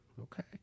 Okay